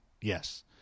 Yes